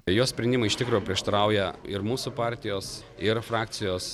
jo sprendimai iš tikro prieštarauja ir mūsų partijos ir frakcijos